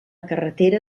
carretera